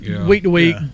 Week-to-week